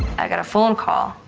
i got a phone call.